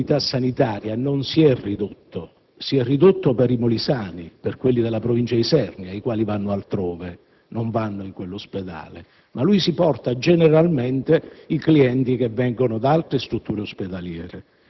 L'elemento di bilancio della mobilità sanitaria non si è ridotto, si è ridotto per i molisani della Provincia di Isernia che vanno altrove,